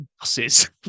buses